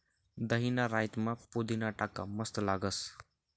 दहीना रायतामा पुदीना टाका मस्त लागस